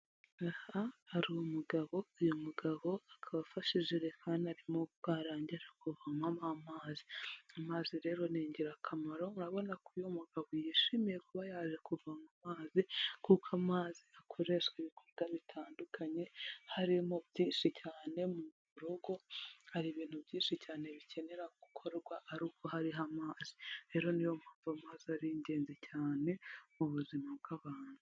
Aha hari umugabo uyu mugabo akaba afashijerehani arimo bwaranngera kuvomamo amazi amazi rero ni ingirakamaro urabona ko uyu mu umugabo yishimiye kuba yaje kuvoma mazi kuko amazi akoreshwa ibikorwa bitandukanye harimo byinshi cyane mu rugo hari ibintu byinshi cyane bikenera gukorwa ari uko hariho amazi rero niyo mbamaza ari ingenzi cyane mu buzima bw'abantu.